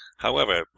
however,